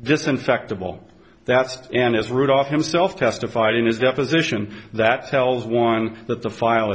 disinfect of all that and is rudolph himself testified in a deposition that tells one that the file